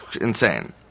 insane